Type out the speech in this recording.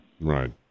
Right